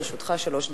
לרשותך שלוש דקות.